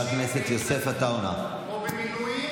אבל לא משתמשים בהתנדבות או במילואים